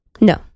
No